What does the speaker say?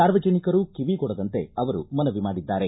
ಸಾರ್ವಜನಿಕರು ಕಿವಿಗೊಡದಂತೆ ಅವರು ಮನವಿ ಮಾಡಿದ್ದಾರೆ